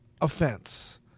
offense